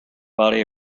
body